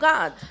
God